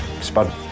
Spud